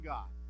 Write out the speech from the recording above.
God